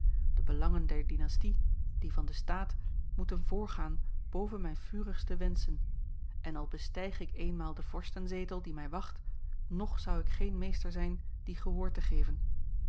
de belangen der dynastie die van den staat moeten voorgaan boven mijne vurigste wenschen en al bestijg ik eenmaal den vorstenzetel die mij wacht ng zou ik geen meester zijn die gehoor te geven